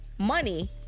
money